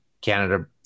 canada